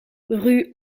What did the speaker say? rue